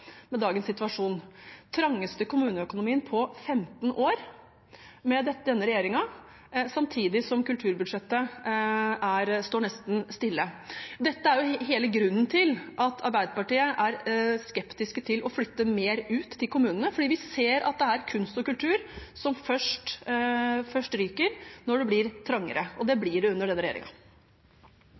med dagens situasjon: den trangeste kommuneøkonomien på femten år med denne regjeringen samtidig som kulturbudsjettet står nesten stille. Dette er hele grunnen til at Arbeiderpartiet er skeptisk til å flytte mer ut til kommunene: Vi ser at det er kunst og kultur som først ryker når det blir trangere – og det blir det under denne